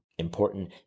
important